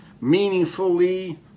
meaningfully